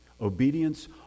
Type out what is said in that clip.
Obedience